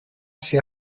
ser